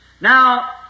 Now